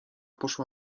poszła